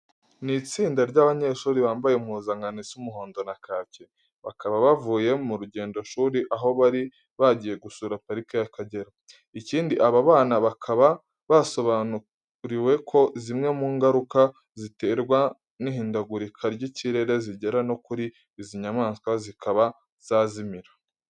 Ni itsinda ry'abanyeshuri bambye impuzankano isa umuhondo na kake, bakaba bavuye mu rugendoshuri aho bari bagiye gusura Parike y'Akagera. Ikindi aba bana bakaba basobanuriwe ko zimwe mu ngarika ziterwa n'ihindagurika ry'ikirere zigera no kuri izi nyamaswa zikaba zazimira.